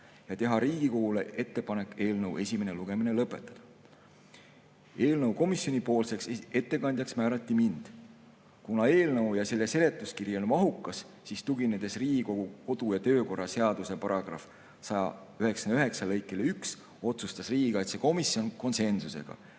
ja teha Riigikogule ettepaneku eelnõu esimene lugemine lõpetada. Komisjoni ettekandjaks määrati mind. Kuna eelnõu ja selle seletuskiri on mahukas, siis tuginedes Riigikogu kodu‑ ja töökorra seaduse § 99 lõikele 1, otsustas riigikaitsekomisjon konsensusega